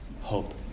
hope